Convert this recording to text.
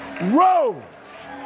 rose